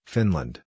Finland